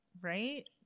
right